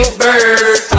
birds